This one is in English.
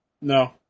No